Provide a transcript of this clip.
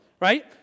Right